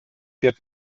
wird